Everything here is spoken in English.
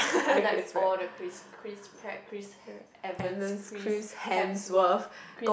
I like all the Chris Chris Pratt Chris Evans Chris Hemsworth Chris